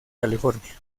california